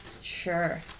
Sure